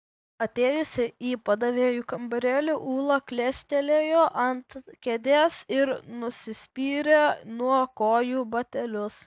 atėjusi į padavėjų kambarėlį ūla klestelėjo ant kėdės ir nusispyrė nuo kojų batelius